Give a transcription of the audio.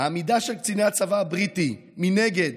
העמידה של קציני הצבא הבריטי מנגד